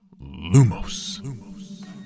Lumos